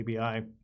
ABI